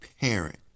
parent